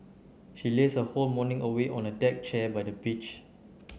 she lazed her whole morning away on a deck chair by the beach